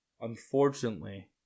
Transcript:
Unfortunately